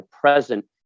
present